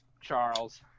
Charles